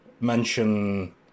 mention